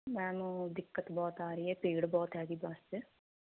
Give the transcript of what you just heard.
ma'am ਓਹ ਦਿੱਕਤ ਬਹੁਤ ਆ ਰਹੀ ਹ ਭੀੜ ਬਹੁਤ ਹੈ ਜੀ ਬਸ 'ਚ